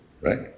right